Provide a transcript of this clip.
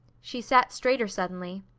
she sat straighter suddenly.